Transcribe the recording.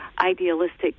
idealistic